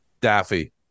Daffy